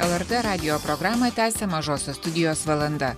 lrt radijo programą tęsia mažosios studijos valanda